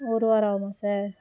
ஒரு வாரம் ஆகுமா சார்